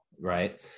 right